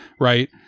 right